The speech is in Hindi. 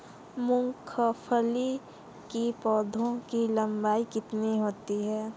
मूंगफली के पौधे की लंबाई कितनी होती है?